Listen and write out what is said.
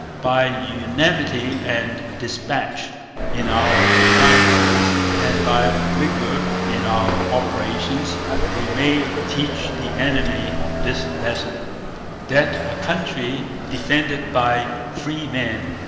by unanimity and despatch in our councils and by vigour in our operations we may teach the enemy this lesson that a country defended by free men,